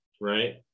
right